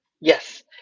Yes